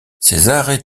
cesare